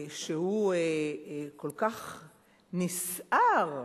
שהוא כל כך נסער.